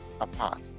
apart